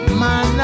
man